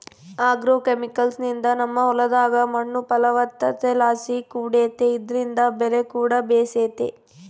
ಆಗ್ರೋಕೆಮಿಕಲ್ಸ್ನಿಂದ ನಮ್ಮ ಹೊಲದಾಗ ಮಣ್ಣು ಫಲವತ್ತತೆಲಾಸಿ ಕೂಡೆತೆ ಇದ್ರಿಂದ ಬೆಲೆಕೂಡ ಬೇಸೆತೆ